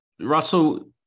Russell